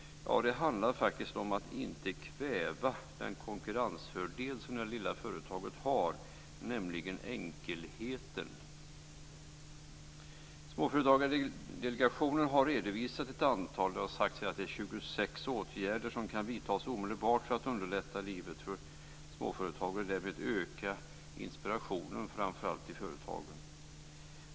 Det handlar faktiskt om att inte kväva den konkurrensfördel som det lilla företaget har - nämligen enkelheten. Småföretagsdelegationen har nu redovisat ett antal åtgärder som kan vidtas omedelbart för underlätta livet för småföretagare och därmed öka inspirationen i företagen. Det har här sagts att det är fråga om 26 sådana åtgärder.